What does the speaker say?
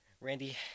Randy